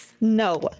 No